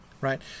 right